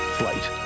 flight